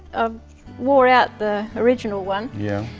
um wore out the original one. yeah.